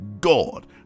God